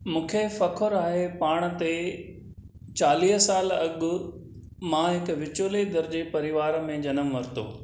मूंखे फ़ख़ुरु आहे पाण ते चालीह साल अॻु मां हिकु विचोले दर्जे परिवार में जनमु वरितो